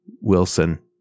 Wilson